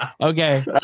Okay